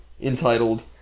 entitled